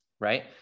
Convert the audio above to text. right